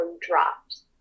drops